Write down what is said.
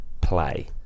play